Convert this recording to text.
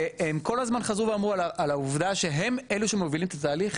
והם כל הזמן אמרו וחזרו על העבודה שהם אלה שמובילים את התהליך